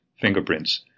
fingerprints